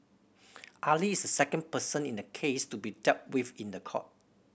Ali is the second person in the case to be dealt with in the court